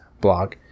blog